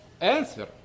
answer